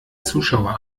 zuschauer